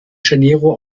janeiro